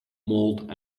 malt